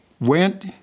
went